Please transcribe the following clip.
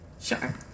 sure